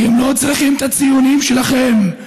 הם לא צריכים את הציונים שלכם.